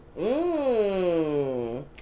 Mmm